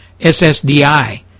SSDI